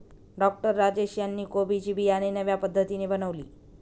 doctor Rajesh यांनी कोबी ची बियाणे नव्या पद्धतीने बनवली